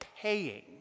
paying